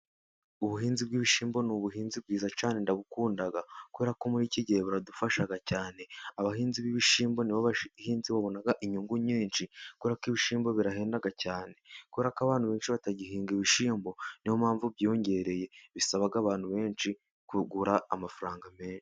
Ubuhinzi bw'ibishyimbo ni ubuhinzi bwiza cyane ndabukunda, kubera ko muri iki gihe buradufasha cyane. Abahinzi b'ibishyimbo nibo bahinzi babona inyungu nyinshi, kubera ko ibishyimbo birahenda cyane, kubera ko abantu benshi batagihinga ibishyimbo, niyo mpamvu byiyongereye bisaba abantu benshi kugura amafaranga menshi.